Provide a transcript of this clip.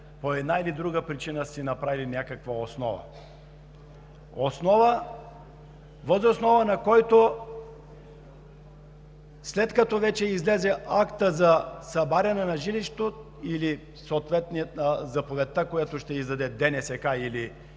по една или друга причина са си направили някаква основа, въз основа на която, след като вече излезе актът за събаряне на жилището или заповедта, която ще издаде ДНСК или